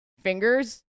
fingers